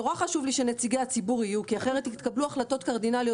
נורא חשוב לי שנציגי הציבור יהיו כי אחרת יתקבלו החלטות קרדינליות